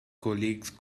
colleagues